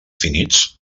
finits